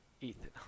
Ethan